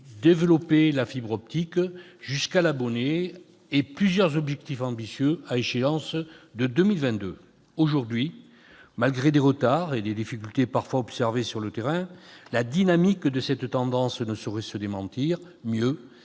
développer la fibre optique jusqu'à l'abonné et plusieurs objectifs ambitieux à l'échéance de 2022. Aujourd'hui, malgré des retards et des difficultés parfois observées sur le terrain, la dynamique de cette tendance ne saurait se démentir. Mieux,